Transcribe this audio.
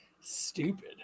Stupid